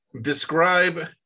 describe